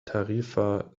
tarifa